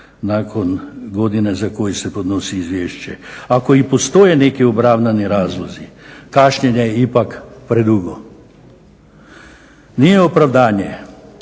nakon godine za koje se podnosi izvješće. Ako i postoje neki opravdani razlozi kašnjenje je ipak predugo. Nije opravdanje